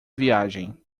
viagem